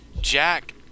Jack